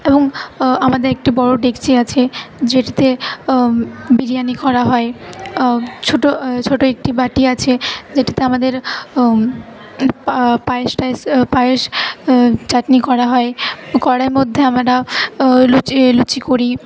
এবং আমাদের একটি বড়ো ডেকচি আছে যেটাতে বিরিয়ানি করা হয় ছোটো ছোটো একটি বাটি আছে যেটাতে আমাদের পায়েস টায়েস পায়েস চাটনি করা হয় কড়াইয়ের মধ্যে আমরা লুচি লুচি করি